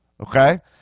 okay